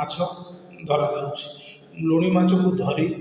ମାଛ ଧରା ଯାଉଛି ଲୁଣି ମାଛକୁ ଧରି